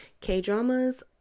K-dramas